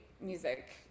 music